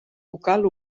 vocal